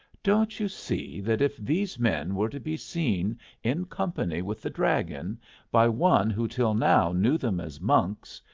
don't you see that if these men were to be seen in company with the dragon by one who till now knew them as monks,